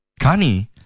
Kani